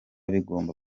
bigomba